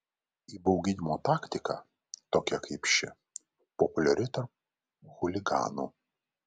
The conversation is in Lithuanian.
įbauginimo taktika tokia kaip ši populiari tarp chuliganų